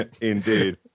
indeed